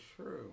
true